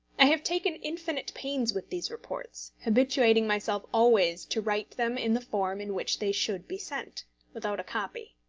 i have taken infinite pains with these reports, habituating myself always to write them in the form in which they should be sent without a copy.